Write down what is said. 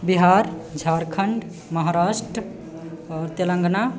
बिहार झारखण्ड महाराष्ट्र आओर तेलाङ्गना